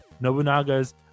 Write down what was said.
nobunaga's